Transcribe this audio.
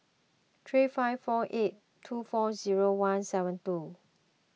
three five four eight two four zero one seven two